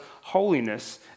holiness